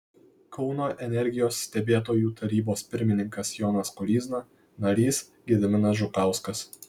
kauno energijos stebėtojų tarybos pirmininkas jonas koryzna narys gediminas žukauskas